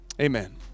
Amen